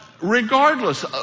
regardless